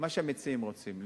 מה שהמציעים רוצים.